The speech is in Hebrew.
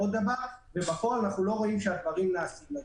עוד דבר ובפועל אנחנו לא רואים שהדברים נעשים.